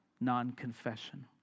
non-confession